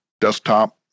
desktop